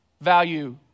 value